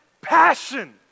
passion